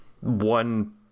one